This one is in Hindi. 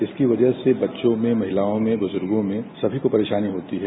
इसकी कजह से बच्चों में महिलाओं में बुज़र्गो में सभी को परेशानी होती है